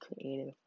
creative